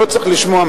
לא צריך לשמוע,